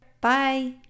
Bye